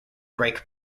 break